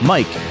Mike